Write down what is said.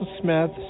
Smith